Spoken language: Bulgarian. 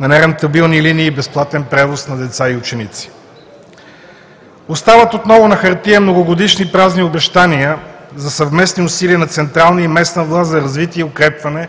на нерентабилни линии и безплатен превоз на деца и ученици. Остават отново на хартия многогодишни празни обещания за съвместни усилия на централна и местна власт за развитие и укрепване